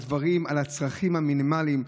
על הצרכים המינימליים,